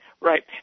Right